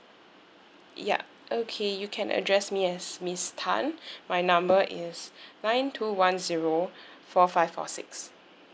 ya okay you can address me as miss tan my number is nine two one zero four five four six